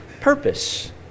purpose